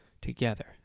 together